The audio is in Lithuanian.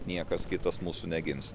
niekas kitas mūsų negins